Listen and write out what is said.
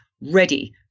ready